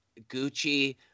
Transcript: Gucci